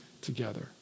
together